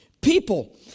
people